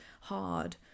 hard